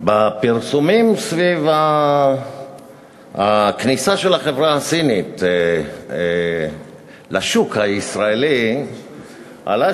בפרסומים סביב הכניסה של החברה הסינית לשוק הישראלי עלה